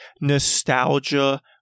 nostalgia